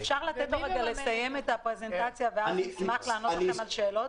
אפשר לתת לו רגע לסיים את הפרזנטציה ואז נשמח לענות לכם על שאלות?